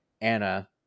Anna